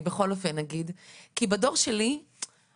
אני בכל אופן אגיד שזה כי בדור שלי אנחנו